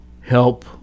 help